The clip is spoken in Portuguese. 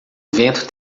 vento